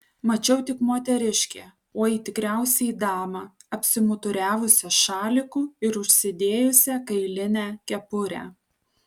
mačiau tik moteriškę oi tikriausiai damą apsimuturiavusią šaliku ir užsidėjusią kailinę kepurę